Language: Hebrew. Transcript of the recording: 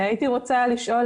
הייתי רוצה לשאול,